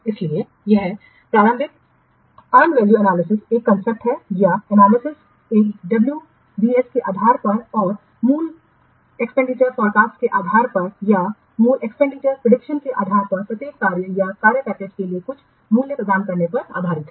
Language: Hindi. इसलिए यह प्रारंभिक अर्नवैल्यू एनालिसिस एक कॉन्सेप्ट् है यह एनालिसिस एक WBS के आधार पर और मूल एक्सपेंडिचर फॉरकॉस्ट के आधार पर या मूल एक्सपेंडिचर प्रीडिक्शन के आधार पर प्रत्येक कार्य या कार्य पैकेज के लिए कुछ मूल्य प्रदान करने पर आधारित है